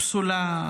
פסולה,